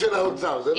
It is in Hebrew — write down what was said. שאמר היושב-ראש.